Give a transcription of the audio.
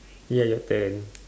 ya your turn